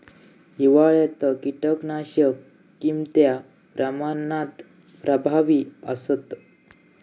हिवाळ्यात कीटकनाशका कीतक्या प्रमाणात प्रभावी असतत?